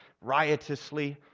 riotously